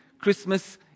Christmas